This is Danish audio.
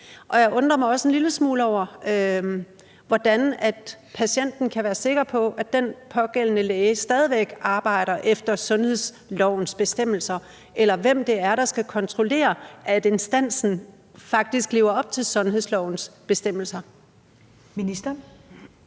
Jeg undrer mig også en lille smule over, hvordan patienten kan være sikker på, at den pågældende læge stadig væk arbejder efter sundhedslovens bestemmelser, eller hvem det er, der skal kontrollere, at instansen faktisk lever op til sundhedslovens bestemmelser. Kl.